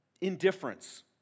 indifference